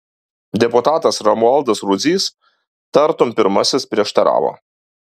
deputatas romualdas rudzys tartum pirmasis prieštaravo